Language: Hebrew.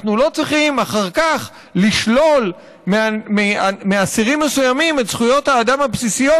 אנחנו לא צריכים אחר כך לשלול מאסירים מסוימים את זכויות האדם הבסיסיות